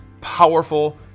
powerful